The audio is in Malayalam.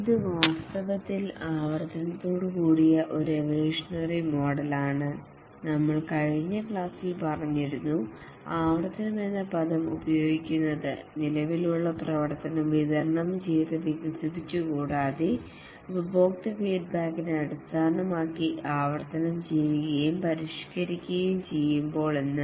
ഇത് വാസ്തവത്തിൽ ആവർത്തനത്തോടുകൂടിയ ഒരു എവൊല്യൂഷനറി മോഡൽ യാണ് നമ്മൾ കഴിഞ്ഞ ക്ലാസ്സിൽ പറഞ്ഞിരുന്നു ആവർത്തനം എന്ന പദം ഉപയോഗിക്കുന്നത് നിലവിലുള്ള പ്രവർത്തനം വിതരണം ചെയ്തു വികസിപ്പിച്ചു കൂടാതെ ഉപഭോക്തൃ ഫീഡ്ബാക്കിനെ അടിസ്ഥാനമാക്കി ആവർത്തനം ചെയ്യുകയും പരിഷ്കരിക്കുകയും ചെയ്യുമ്പോൾ എന്ന്